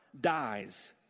Dies